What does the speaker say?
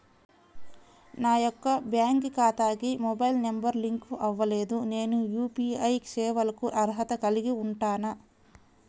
నా యొక్క బ్యాంక్ ఖాతాకి మొబైల్ నంబర్ లింక్ అవ్వలేదు నేను యూ.పీ.ఐ సేవలకు అర్హత కలిగి ఉంటానా?